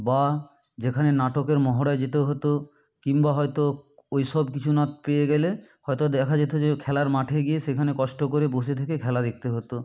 বা যেখানে নাটকের মহড়ায় যেতে হতো কিংবা হয়তো ওই সবকিছু না পেয়ে গেলে হয়তো দেখা যেত যে খেলার মাঠে গিয়ে সেখানে কষ্ট করে বসে থেকে খেলা দেখতে হতো